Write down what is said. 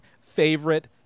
favorite